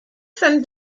from